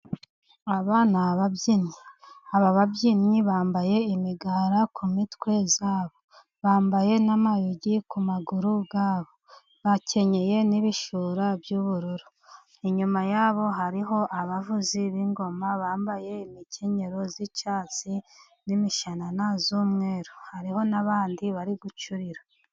Aba ni ababyinnyi, aba babyinnyi bambaye imigara ku mitwe yabo ,bambaye n'amayogi ku maguru yabo, bakenyeye n'ibishura by'ubururu, inyuma yabo hariho abavuzi b'ingoma bambaye imikenyero y'icyatsi n'imishanana y'umweru, hariho n'abandi bari gucurira.